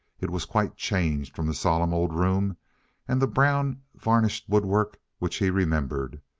it was quite changed from the solemn old room and the brown, varnished woodwork which he remembered.